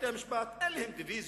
מערכת בתי-המשפט, אין להם רוויזיות,